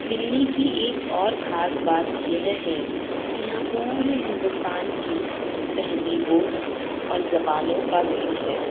دلی کی ایک اور خاص بات یہ ہے کہ یہاں پورے ہندوستان کی تہذیبوں اور زبانوں کا میل ہے